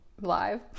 Live